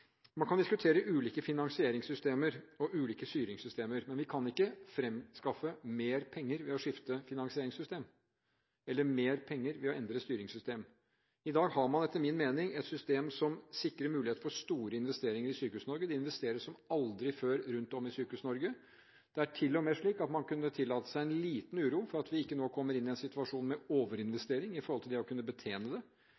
Man kan diskutere ulike finansieringssystemer og ulike styringssystemer, men man kan ikke fremskaffe mer penger ved å skifte finansieringssystem eller ved å endre styringssystem. I dag har man etter min mening et system som sikrer mulighet for store investeringer i Sykehus-Norge. Det investeres som aldri før rundt om i Sykehus-Norge. Det er til og med slik at man har kunnet tillate seg en liten uro for at vi ikke nå kommer i en situasjon med